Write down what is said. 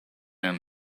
and